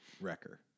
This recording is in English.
Wrecker